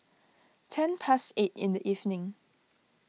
ten past eight in the evening